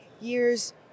years